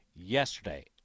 yesterday